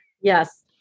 Yes